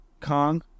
Kong